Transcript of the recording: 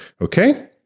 okay